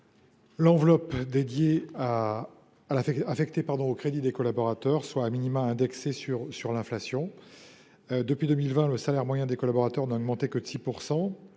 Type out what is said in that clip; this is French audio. l’enveloppe affectée aux crédits des collaborateurs soit indexée sur l’inflation. Depuis 2020, le salaire moyen des collaborateurs n’a augmenté que de 6